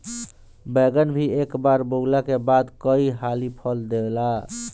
बैगन भी एक बार बोअला के बाद कई हाली फल देला